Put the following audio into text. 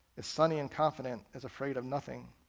is sunny and confident, is afraid of nothing.